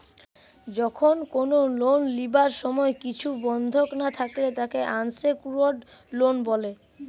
যখন কোনো লোন লিবার সময় কিছু বন্ধক না থাকলে তাকে আনসেক্যুরড লোন বলে